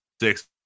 six